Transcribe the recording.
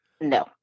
No